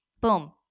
Boom